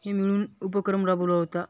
हे मिळून उपक्रम राबवला होता